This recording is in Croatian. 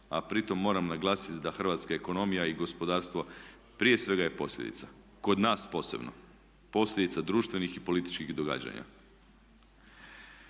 A pritom moram naglasiti da hrvatska ekonomija i gospodarstvo prije svega je posljedica, kod nas posebno, posljedica društvenih i političkih događanja.